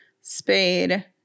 Spade